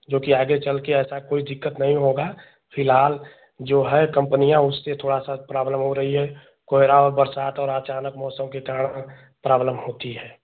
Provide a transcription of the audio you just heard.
जो कि आगे चल कर ऐसा कोई दिक्कत नहीं होगा फिलहाल जो है कंपनियाँ उसके थोड़ा सा प्राब्लम हो रही है कोहरा और बरसात और अचानक मौसम के कारण प्राब्लम होती है